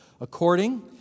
According